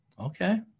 Okay